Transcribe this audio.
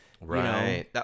Right